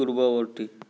পূৰ্বৱৰ্তী